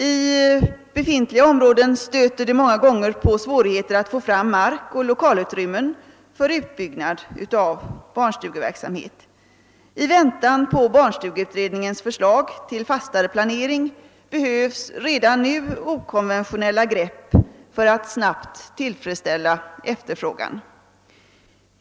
I de bostadsområden som redan finns är det ofta svårt att få fram mark och lokalutrymme för en utbyggnad av barnstugeverksamheten. I väntan på barnstugeutredningens förslag till fastare planering behövs redan nu okonventionella grepp för att snabbt tillfredsställa efterfrågan.